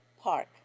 Park